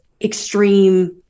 extreme